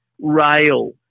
rail